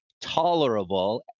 tolerable